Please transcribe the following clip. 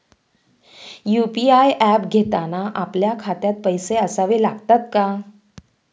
UPI app घेताना आपल्या खात्यात पैसे असावे लागतात का?